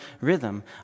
rhythm